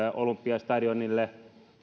olympiastadionille